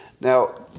Now